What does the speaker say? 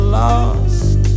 lost